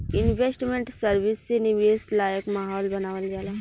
investment service से निवेश लायक माहौल बानावल जाला